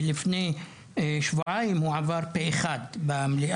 לפני שבועיים הוא עבר פה אחד במליאה,